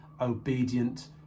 obedient